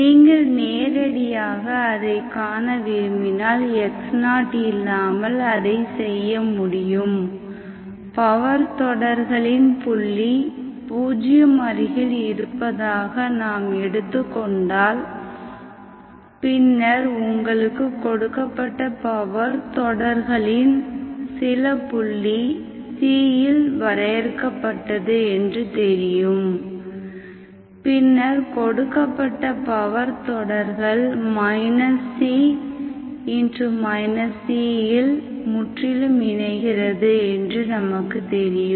நீங்கள் நேரடியாக அதை காண விரும்பினால் x0 இல்லாமல் அதை செய்ய முடியும் பவர் தொடர்களின் புள்ளி பூஜ்யம் அருகில் இருப்பதாக நாம் எடுத்துக்கொண்டால் பின்னர் உங்களுக்கு கொடுக்கப்பட்ட பவர் தொடர்களின் சில புள்ளி c இல் வரையறுக்கப்பட்டது என்று தெரியும்பின்னர் கொடுக்கப்பட்ட பவர் தொடர்கள் c c இல் முற்றிலும் இணைகிறது என்று நமக்கு தெரியும்